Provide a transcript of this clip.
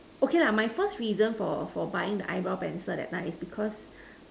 okay lah my first reason for for buying the eyebrow pencil that time is because